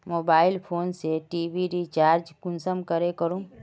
Mobile phone से TV recharge कुंसम करे करूम?